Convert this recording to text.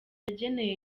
yageneye